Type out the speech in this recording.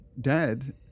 dead